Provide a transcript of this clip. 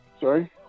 sorry